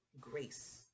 grace